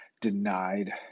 denied